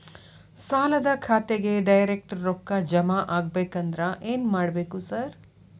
ಸಾಲದ ಖಾತೆಗೆ ಡೈರೆಕ್ಟ್ ರೊಕ್ಕಾ ಜಮಾ ಆಗ್ಬೇಕಂದ್ರ ಏನ್ ಮಾಡ್ಬೇಕ್ ಸಾರ್?